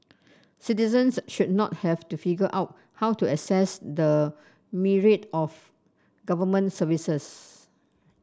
citizens should not have to figure out how to access the myriad of Government services